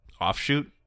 offshoot